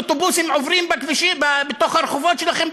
שלפעמים אוטובוסים עוברים ברחובות שלכם,